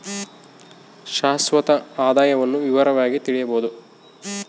ಶಾಶ್ವತ ಆದಾಯವನ್ನು ವಿವರವಾಗಿ ತಿಳಿಯಬೊದು